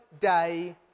day